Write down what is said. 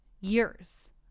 years